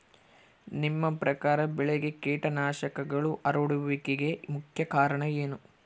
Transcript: ನಿಮ್ಮ ಪ್ರಕಾರ ಬೆಳೆಗೆ ಕೇಟನಾಶಕಗಳು ಹರಡುವಿಕೆಗೆ ಮುಖ್ಯ ಕಾರಣ ಏನು?